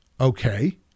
okay